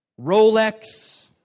Rolex